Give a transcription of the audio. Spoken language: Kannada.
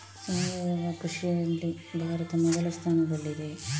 ಸಾವಯವ ಕೃಷಿಯಲ್ಲಿ ಭಾರತ ಮೊದಲ ಸ್ಥಾನದಲ್ಲಿದೆ